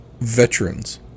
veterans